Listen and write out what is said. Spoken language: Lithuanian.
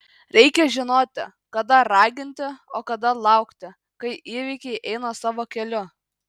reikia žinoti kada raginti o kada laukti kai įvykiai eina savo keliu